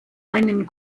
einen